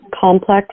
complex